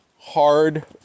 hard